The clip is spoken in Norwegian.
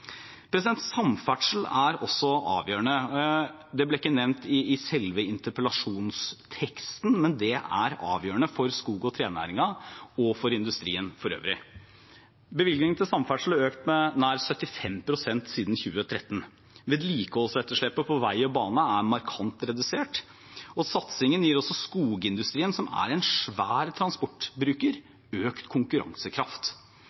Samferdsel er også avgjørende. Det ble ikke nevnt i selve interpellasjonsteksten, men det er avgjørende for skog- og trenæringen og for industrien for øvrig. Bevilgningene til samferdsel er økt med nær 75 pst. siden 2013. Vedlikeholdsetterslepet på vei og bane er markant redusert. Satsingen gir også skogindustrien, som er en svær